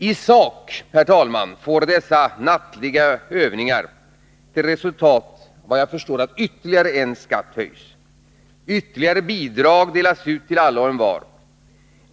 Isak, herr talman, får dessa nattliga övningar till resultat, såvitt jag förstår, att ytterligare en skatt höjs, ytterligare bidrag delas ut till alla och envar.